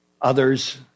others